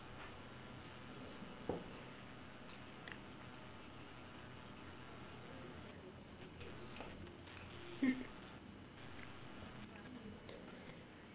hmm